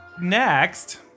Next